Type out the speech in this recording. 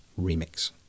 remix